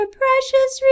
precious